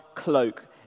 cloak